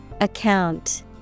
Account